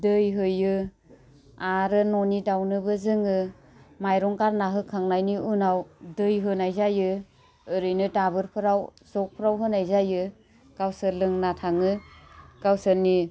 दै होयो आरो न'नि दाउनोबो जोङो माइरं गारना होखांनायनि उनाव दै होनाय जायो ओरैनो दाबोरफोराव जगफ्राव होनाय जायो गावसोर लोंना थाङो गावसोरनि